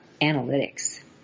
analytics